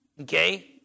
Okay